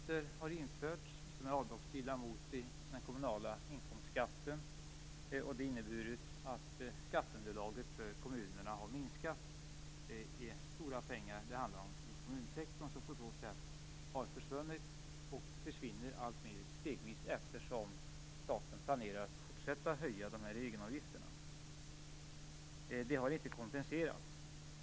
Det har införts egenavgifter som är avdragsgilla mot den kommunala inkomstskatten, och det har inneburit att skatteunderlaget för kommunerna har minskat. Det handlar om stora pengar i kommunsektorn som på så sätt har försvunnit och försvinner alltmer stegvis eftersom staten planerar att fortsätta höja egenavgifterna. Detta har inte kompenserats.